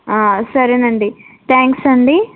సరేనండి థ్యాంక్స్ అండి